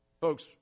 Folks